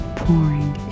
pouring